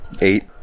eight